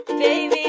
baby